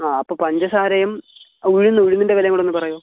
ആ അപ്പോൾ പഞ്ചസാരയും ഉഴുന്ന് ഉഴുന്നിൻ്റെ വിലയും കൂടൊന്ന് പറയുവോ